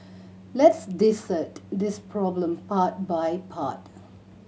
let's dissect this problem part by part